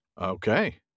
Okay